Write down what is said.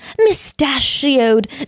mustachioed